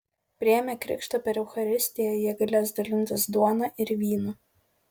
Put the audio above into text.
priėmę krikštą per eucharistiją jie galės dalintis duona ir vynu